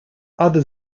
other